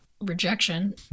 Rejection